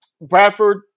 Bradford